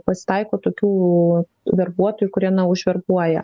pasitaiko tokių verbuotojų kurie na užverbuoja